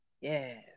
yes